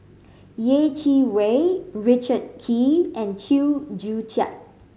Yeh Chi Wei Richard Kee and Chew Joo Chiat